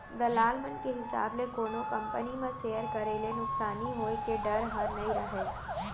दलाल मन के हिसाब ले कोनो कंपनी म सेयर करे ले नुकसानी होय के डर ह नइ रहय